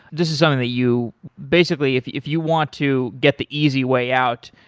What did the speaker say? this is something that you basically, if if you want to get the easy way out,